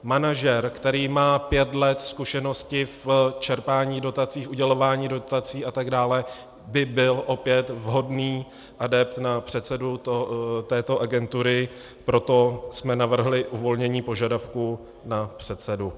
Manažer, který má pět let zkušeností v čerpání dotací, v udělování dotací atd. by byl opět vhodný adept na předsedu této agentury, proto jsme navrhli uvolnění požadavku na předsedu.